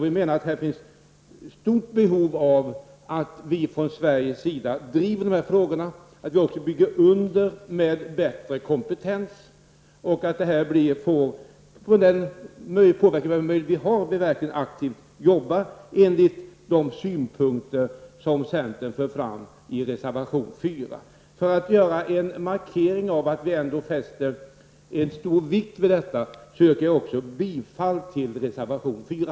Vi menar att det finns ett stort behov av att vi från Sveriges sida driver dessa frågor, att vi också bygger under med bättre kompetens och att vi, med de möjligheter vi har, verkligen aktivt arbetar i enlighet med de synpunkter som centern för fram i reservation nr 4. För att göra en markering av att vi ändå fäster stor vikt vid detta, yrkar jag också bifall till reservation nr 4.